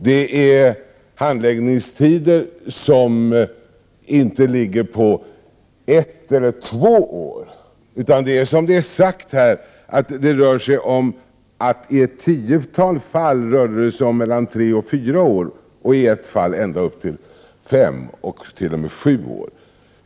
Det är fråga om handläggningstider som inte ligger på ett eller två år, utan — som det sägs i betänkandet — i ett tiotal fall handlar det om tre eller fyra år och i ett par fall om ända upp till fem och t.o.m. sju år.